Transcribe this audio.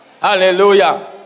Hallelujah